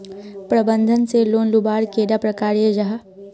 प्रबंधन से लोन लुबार कैडा प्रकारेर जाहा?